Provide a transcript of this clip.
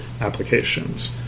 applications